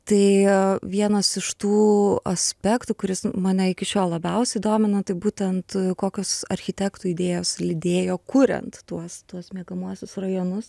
tai vienas iš tų aspektų kuris mane iki šiol labiausiai domina tai būtent kokios architektų idėjos lydėjo kuriant tuos tuos miegamuosius rajonus